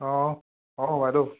অঁ অঁ বাইদেউ